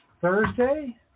Thursday